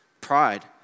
Pride